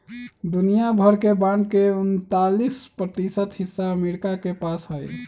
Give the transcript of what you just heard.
दुनिया भर के बांड के उन्तालीस प्रतिशत हिस्सा अमरीका के पास हई